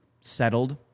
settled